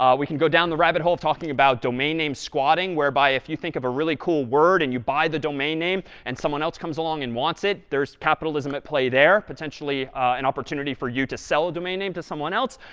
um we can go down the rabbit hole talking about domain name squatting, whereby if you think of a really cool word and you buy the domain name and someone else comes along and wants it, there's capitalism at play there, potentially an opportunity for you to sell a domain name to someone else.